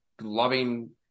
loving